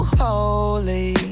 holy